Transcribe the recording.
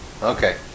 Okay